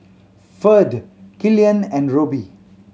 Ferd Killian and Roby